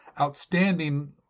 outstanding